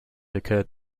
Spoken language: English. occurred